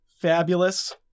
fabulous